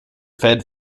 fed